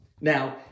Now